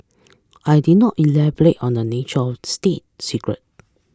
I did not elaborate on the nature of state secret